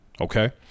Okay